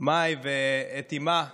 מאי גולן ואת אימה רימונה.